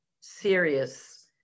serious